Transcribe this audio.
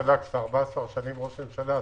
אתה כבר 14 שנים ראש ממשלה,